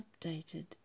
updated